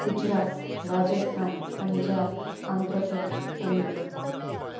Gujarat Rajasthan Punjab Andhra Pradesh Tamil Nadu